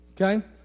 Okay